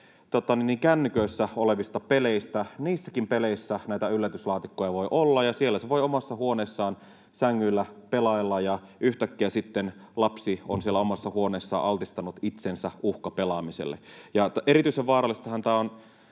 kännyköissä olevista peleistä. Niissäkin peleissä näitä yllätyslaatikoita voi olla. Siellä se lapsi voi omassa huoneessaan sängyllä pelailla, ja yhtäkkiä lapsi on siellä omassa huoneessaan altistanut itsensä uhkapelaamiselle. Erityisen vaarallistahan tämä on